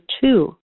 two